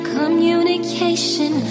communication